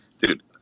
dude